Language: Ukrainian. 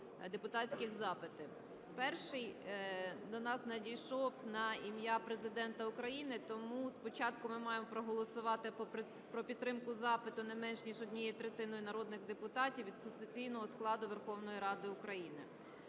депутатських запити. Перший до нас надійшов на ім'я Президента України. Тому спочатку ми маємо проголосувати про підтримку запиту не менш ніж однією третиною народних депутатів від конституційного складу Верховної Ради України.